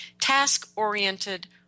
task-oriented